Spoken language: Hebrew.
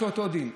יש לו אותו דין.